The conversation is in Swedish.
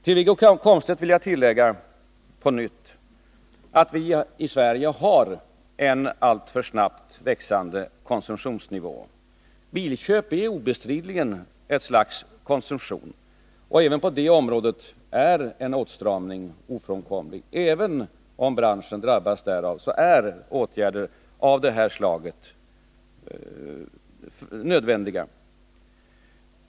När det gäller Wiggo Komstedt vill jag tillägga att vi i Sverige har en alltför snabbt växande konsumtionsnivå. Bilköp är onekligen ett slags konsumtion, och även på det området är en åtstramning ofrånkomlig. Även om branschen drabbas därav, är åtgärder av det slaget nödvändiga.